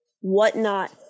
whatnot